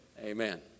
Amen